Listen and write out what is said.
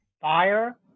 fire